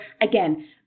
again